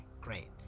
great